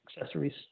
accessories